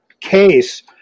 case